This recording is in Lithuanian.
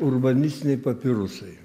urbanistiniai papirusai